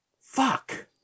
fuck